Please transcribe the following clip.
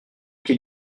qui